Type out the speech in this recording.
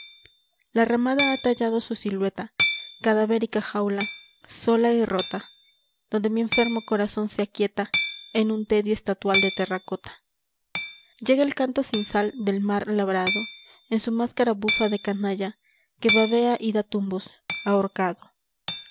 la ramada ha tallado su silueta cadavérica jaula sola y rota donde mi enfermo corazón se aquieta en un tedio estatual de terracota llega el canto sin sal del mar labrado en su máscara bufa de canalla jue babea y da tumbos ahorcado